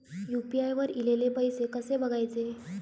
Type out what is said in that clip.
UPI वर ईलेले पैसे कसे बघायचे?